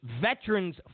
veteran's